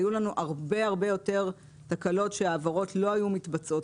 היו לנו הרבה הרבה יותר תקלות שההעברות לא היו מתבצעות,